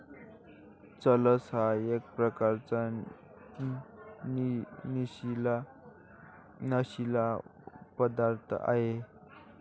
चरस हा एक प्रकारचा नशीला पदार्थ आहे